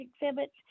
exhibits